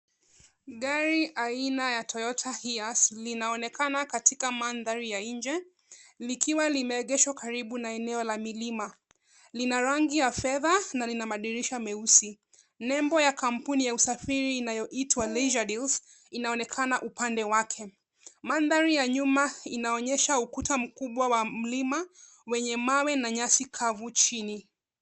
Gari aina ya toyota hiace linaonekana katika mandhari ya nje, likiwa limeegeshwa karibu na eneo la milima. Lina rangi ya fedha na lina madirisha meusi. Nembo ya kampuni ya usafiri inayoitwa leisure deals , inaonekana upande wake. Mandhari ya nyuma inaonyesha ukuta mkubwa wa mlima, wenye mawe na nyasi kavu chini.